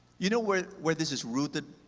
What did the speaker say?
you know where where this is rooted?